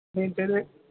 నేను తెలె